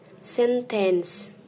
Sentence